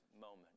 moment